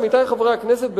עמיתי חברי הכנסת,